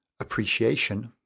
appreciation